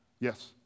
Yes